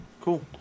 Cool